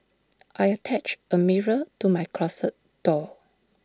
I attached A mirror to my closet door